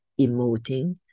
emoting